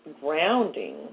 grounding